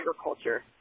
agriculture